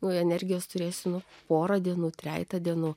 o energijos turėsime porą dienų trejetą dienų